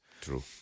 true